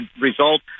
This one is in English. result